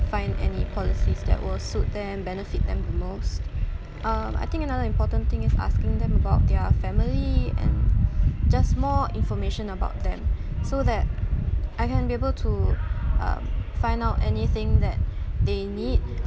find any policies that will suit them benefit them the most um I think another important thing is asking them about their family and just more information about them so that I can be able to um find out anything that they need